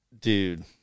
dude